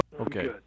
Okay